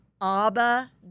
ABBA